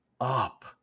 up